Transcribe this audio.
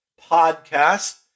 podcast